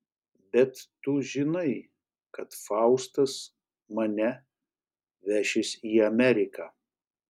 bet tu žinai kad faustas mane vešis į ameriką